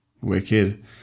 Wicked